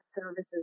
services